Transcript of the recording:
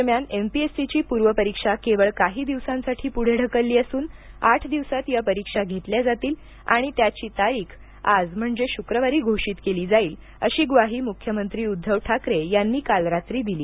दरम्यान एमपीएससीची पूर्व परीक्षा केवळ काही दिवसांसाठी पूढे ढकलली असून आठ दिवसांत या परीक्षा घेतल्या जातील आणि त्याची तारीख आज शुक्रवारी घोषित केली जाईल अशी ग्वाही मुख्यमंत्री उद्धव ठाकरे यांनी काल रात्री दिली